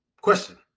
question